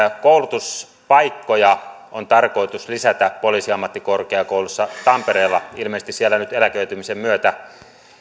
koulutuspaikkoja on tarkoitus lisätä poliisiammattikorkeakoulussa tampereella ilmeisesti nyt eläköitymisen myötä